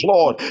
Lord